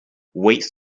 waits